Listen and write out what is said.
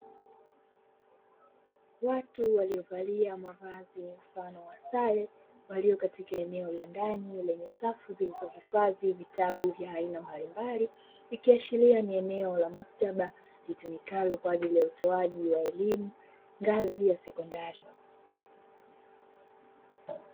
Watu waliovalia mavazi mfano wa sare ,walio katika eneo la ndani lenye safu zilizohifadhi vitabu vya aina mbalimbali. Ikiashiria ni eneo la maktaba litumikalo kwa ajili ya utoaji wa elimu ngazi ya sekondari.